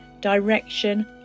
direction